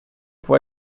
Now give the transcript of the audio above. può